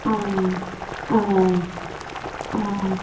ꯑ ꯑ ꯑ